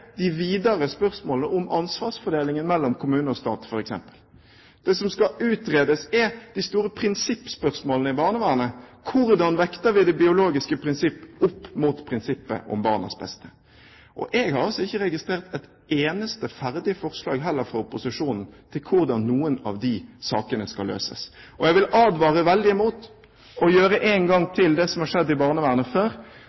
de videre spørsmålene om ansvarsfordelingen mellom kommune og stat, f.eks. Det som skal utredes er de store prinsippspørsmålene i barnevernet. Hvordan vekter vi det biologiske prinsipp opp mot prinsippet om barnets beste? Jeg har altså ikke registrert et eneste ferdig forslag heller fra opposisjonen på hvordan noen av de sakene skal løses. Jeg vil advare veldig imot å gjøre en gang